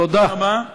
תודה.